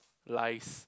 lies